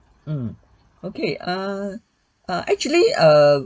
mm okay err err actually err